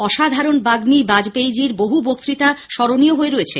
অসাধারণ বাগ্মী বাজপেয়ীজির বহু বক্ততা স্মরণীয় হয়ে রয়েছে